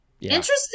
Interesting